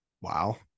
Wow